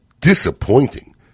disappointing